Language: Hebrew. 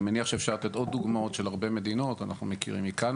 אני מניח שאפשר לתת עוד דוגמאות של הרבה מדינות,